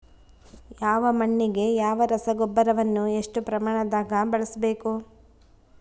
ಯಾವ ಮಣ್ಣಿಗೆ ಯಾವ ರಸಗೊಬ್ಬರವನ್ನು ಎಷ್ಟು ಪ್ರಮಾಣದಾಗ ಬಳಸ್ಬೇಕು?